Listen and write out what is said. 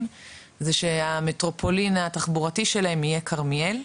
זה שהמטרופולין התחבורתי שלהם יהיה כרמיאל,